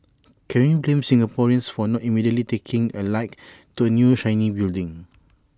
can we blame Singaporeans for not immediately taking A like to A new shiny building